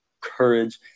courage